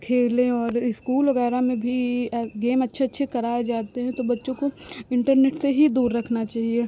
खेलें और स्कूल वग़ैरह में भी गेम अच्छे अच्छे कराए जाते हैं तो बच्चों को इन्टरनेट से ही दूर रखना चाहिए